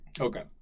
Okay